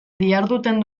diharduten